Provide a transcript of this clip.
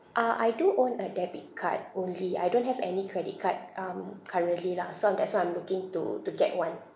uh I do own a debit card only I don't have any credit card um currently lah so I'm that's why I'm looking to to get one